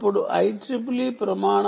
అప్పుడు IEEE ప్రమాణం 15